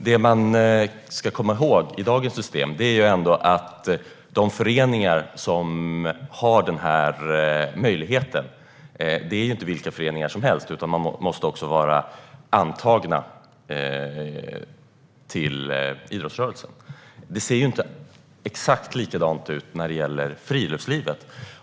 Det som man ska komma ihåg i dagens system är att de föreningar som har denna möjlighet inte är vilka föreningar som helst, utan de måste också vara anslutna till idrottsrörelsen. Det ser inte exakt likadant ut när det gäller friluftslivet.